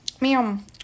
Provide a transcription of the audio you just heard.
ma'am